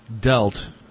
dealt